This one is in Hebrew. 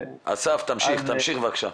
אסף, תמשיך בבקשה.